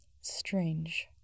strange